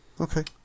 Okay